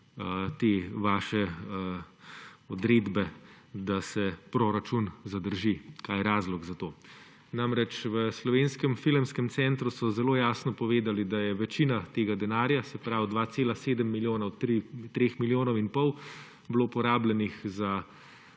te vaše odredbe, da se proračun zadrži, kaj je razlog za to? V Slovenskem filmskem centru so zelo jasno povedali, da je bila večina tega denarja, se pravi 2,7 milijona od 3,5 milijona, porabljena za